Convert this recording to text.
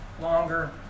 longer